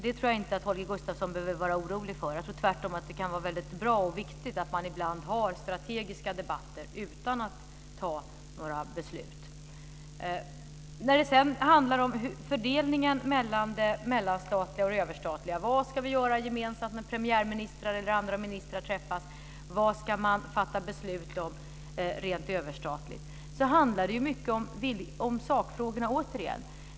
Det tror jag inte att Holger Gustafsson behöver vara orolig för, jag tror tvärtom att det kan vara väldigt bra och viktigt att ibland ha strategiska debatter utan att fatta några beslut. När det sedan gäller fördelningen mellan det mellanstatliga och det överstatliga, dvs. vad vi ska göra gemensamt när premiärministrar eller andra ministrar träffas och vad man ska fatta beslut om rent överstatligt så handlar det återigen mycket om sakfrågorna.